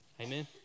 amen